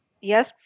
Yes